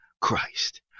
Christ